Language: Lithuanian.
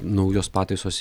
naujos pataisos